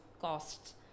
costs